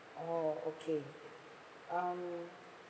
oh okay um